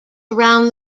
around